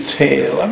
tail